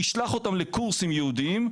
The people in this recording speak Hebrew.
ישלח אותם לקורסים ייעודים,